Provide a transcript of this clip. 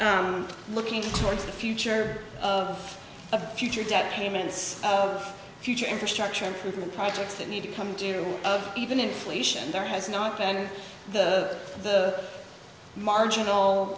on looking towards the future of a future debt payments future infrastructure improvement projects that need to come due of even inflation there has not been the the marginal